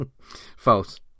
False